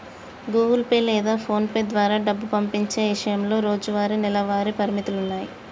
Google Pay లేదా పోన్పే ద్వారా డబ్బు పంపించే ఇషయంలో రోజువారీ, నెలవారీ పరిమితులున్నాయి